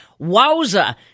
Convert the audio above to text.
Wowza